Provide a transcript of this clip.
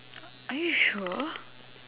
are you sure